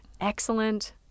excellent